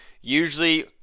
usually